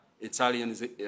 Italian